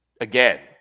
again